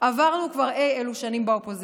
עברנו כבר אי אלו שנים באופוזיציה,